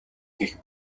гэх